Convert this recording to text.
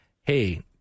Hey